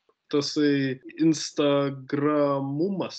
tasai instagramumas